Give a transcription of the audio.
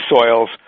soils